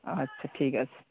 আচ্ছা ঠিক আছে